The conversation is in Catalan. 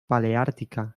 paleàrtica